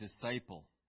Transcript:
disciple